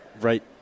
right